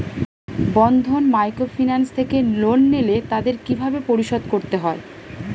বন্ধন microfinance থেকে loan নিলে তাদের কিভাবে পরিশোধ করতে হয়?